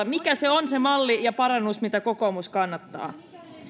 mikä se on se malli ja parannus mitä kokoomus kannattaa